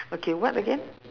okay what again